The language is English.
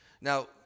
Now